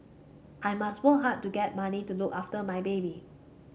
I must work hard to get money to look after my baby